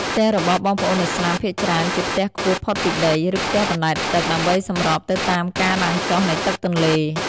ផ្ទះរបស់បងប្អូនឥស្លាមភាគច្រើនជាផ្ទះខ្ពស់ផុតពីដី ឬផ្ទះបណ្តែតទឹក ដើម្បីសម្របទៅតាមការឡើងចុះនៃទឹកទន្លេ។